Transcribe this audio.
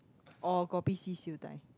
or kopi C siew dai